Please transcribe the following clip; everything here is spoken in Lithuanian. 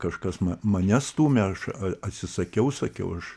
kažkas mane stūmė aš atsisakiau sakiau aš